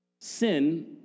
Sin